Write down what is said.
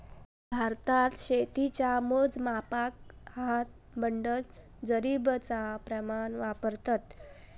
भारतात शेतीच्या मोजमापाक हात, बंडल, जरीबचा प्रमाण वापरतत